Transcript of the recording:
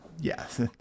Yes